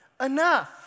Enough